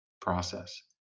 process